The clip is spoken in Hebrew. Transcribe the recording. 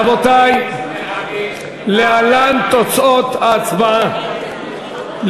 רבותי, להלן תוצאות ההצבעה: